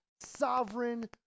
sovereign